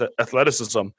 athleticism